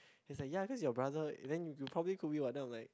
he's like ya cause your brother then you probably could be what then I'm like